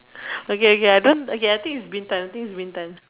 okay okay I don't okay I think is Bintan I think is Bintan